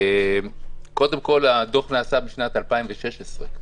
קודם כול הדוח נעשה בשנת 2016,